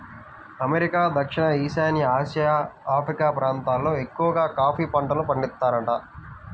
America, దక్షిణ ఈశాన్య Asia, Africa ప్రాంతాలల్లో ఎక్కవగా కాఫీ పంటను పండిత్తారంట